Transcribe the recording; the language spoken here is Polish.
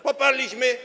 Poparliśmy?